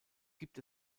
gibt